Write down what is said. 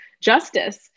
justice